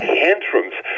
tantrums